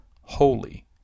holy